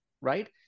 right